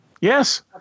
Yes